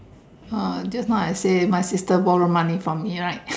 uh just now say my sister borrow money from me right